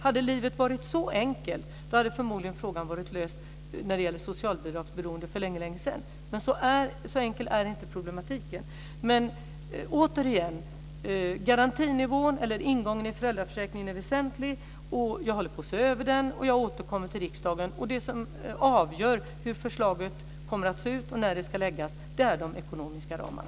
Hade livet varit så enkelt, hade problemet med socialbidragsberoende förmodligen varit löst för länge sedan. Men så enkel är ej problematiken. Återigen: Ingången i föräldraförsäkringen är väsentlig. Jag håller på att se över den för att sedan återkomma till riksdagen. Det som är avgörande för hur förslaget kommer att se ut och för när det ska läggas fram är de ekonomiska ramarna.